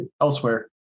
elsewhere